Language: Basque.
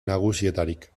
nagusietarik